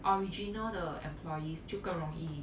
original 的 employees 就更容易